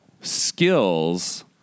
skills